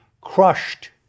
crushed